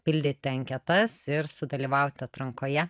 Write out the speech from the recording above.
pildyti anketas ir sudalyvauti atrankoje